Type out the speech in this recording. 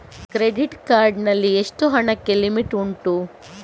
Credit card ನಲ್ಲಿ ಎಷ್ಟು ಹಣಕ್ಕೆ ಲಿಮಿಟ್ ಉಂಟು?